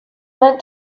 went